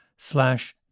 slash